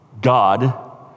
God